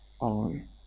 on